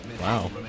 Wow